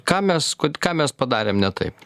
ką mes kod ką mes padarėm ne taip